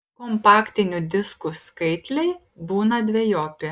kompaktinių diskų skaitliai būna dvejopi